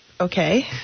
Okay